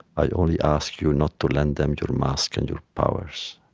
i only ask you not to lend them your mask and your powers.